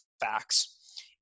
facts